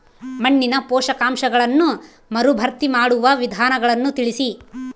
ಮಣ್ಣಿನ ಪೋಷಕಾಂಶಗಳನ್ನು ಮರುಭರ್ತಿ ಮಾಡುವ ವಿಧಾನಗಳನ್ನು ತಿಳಿಸಿ?